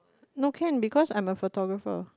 no can because I'm a photographer